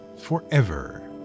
forever